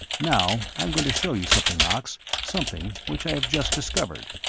now, i am going to show you something, knox, something which i have just discovered.